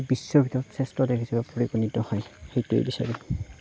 বিশ্বৰ ভিতৰত শ্ৰেষ্ঠ দেশ হিচাপে পৰিগণিত হয় সেইটোৱে বিচাৰিম